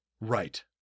Right